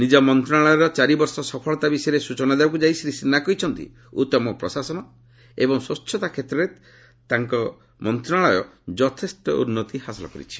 ନିଜ ମନ୍ତ୍ରଶାଳୟର ଚାରି ବର୍ଷ ସଫଳତା ବିଷୟରେ ସ୍ବଚନା ଦେବାକୁ ଯାଇ ଶ୍ରୀ ସିହ୍ନା କହିଛନ୍ତି ଉତ୍ତମ ପ୍ରଶାସନ ଏବଂ ସ୍ପଚ୍ଛତା କ୍ଷେତ୍ରରେ ଯଥେଷ୍ଟ ଉନ୍ନତି ହାସଲ କରାଯାଇଛି